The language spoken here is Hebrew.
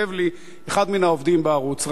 כותב לי אחד מן העובדים בערוץ,